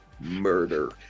murder